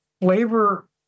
flavor